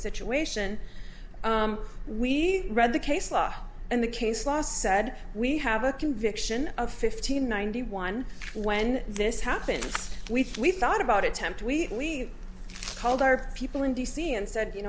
situation we read the case law and the case law said we have a conviction of fifteen ninety one when this happened we thought about it temped we called our people in d c and said you